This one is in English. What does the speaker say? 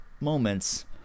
moments